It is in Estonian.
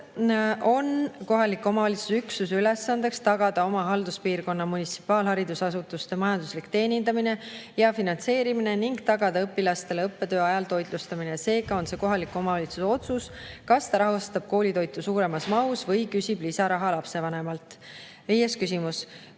on kohaliku omavalitsusüksuse ülesanne tagada oma halduspiirkonna munitsipaalharidusasutuste majanduslik teenindamine ja finantseerimine ning tagada õpilastele õppetöö ajal toitlustamine. Seega on see kohaliku omavalitsuse otsus, kas ta rahastab koolitoitu suuremas mahus või küsib lisaraha lapsevanemalt. Viies küsimus: